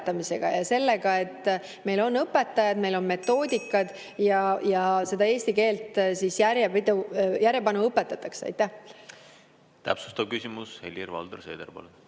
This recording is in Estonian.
ja selle abil, et meil on õpetajaid, meil on metoodikad ja eesti keelt järjepanu õpetatakse. Täpsustav küsimus, Helir-Valdor Seeder, palun!